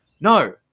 No